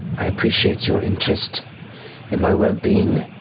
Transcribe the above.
i appreciate your interest in my wellbeing,